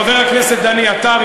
חבר הכנסת דני עטר,